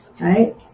Right